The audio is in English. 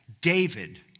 David